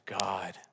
God